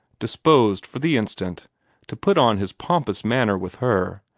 disposed for the instant to put on his pompous manner with her,